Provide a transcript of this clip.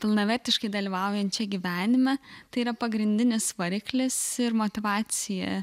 pilnavertiškai dalyvaujančią gyvenime tai yra pagrindinis variklis ir motyvacija